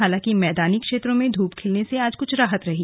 हालांकि मैदानी क्षेत्रों में ध्रप खिलने से आज कुछ राहत रही